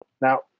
Now